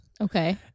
Okay